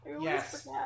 yes